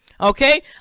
Okay